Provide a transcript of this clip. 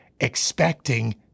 expecting